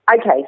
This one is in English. Okay